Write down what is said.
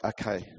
Okay